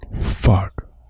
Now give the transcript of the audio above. Fuck